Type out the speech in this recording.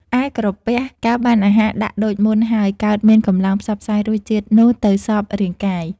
ឯក្រពះកាលបានអាហារដាក់ដូចមុនហើយ កើតមានកម្លាំងផ្សព្វផ្សាយរសជាតិនោះទៅសព្វរាងកាយ ។